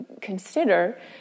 consider